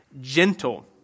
gentle